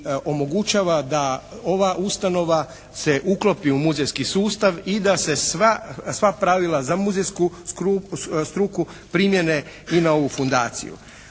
omogućava da ova ustanova se uklopi u muzejski sustav i da se sva pravila za muzejsku struku primjene i na ovu fundaciju.